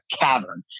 cavern